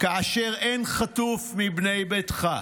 כאשר אין חטוף מבני ביתך,